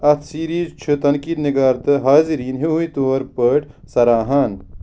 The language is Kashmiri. اتھ سیٖریٖز چھِ تَنقیٖد نِگار تہٕ حاضریٖن ہِہُے طور پٲٹھۍ سراہان